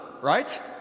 right